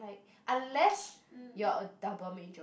unless you're a double major